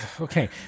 Okay